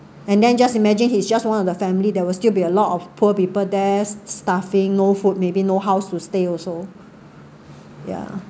and then just imagine he's just one of the family there were still be a lot of poor people there starving no food maybe no house to stay also ya